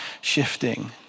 shifting